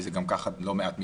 שגם כך לא מעט מקרים,